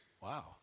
Wow